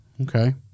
Okay